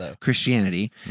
Christianity